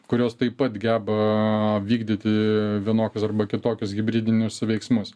kurios taip pat geba vykdyti vienokius arba kitokius hibridinius veiksmus